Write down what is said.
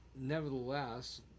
nevertheless